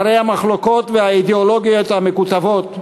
אחרי המחלוקות והאידיאולוגיות המקוטבות,